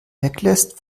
weglässt